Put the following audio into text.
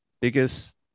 biggest